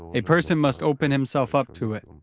a person must open himself up to it.